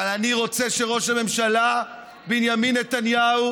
אבל אני רוצה שראש הממשלה בנימין נתניהו